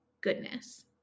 goodness